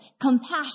compassion